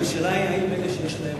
השאלה היא: האם אלה שיש להם,